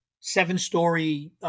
seven-story